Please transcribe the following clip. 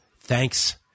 thanks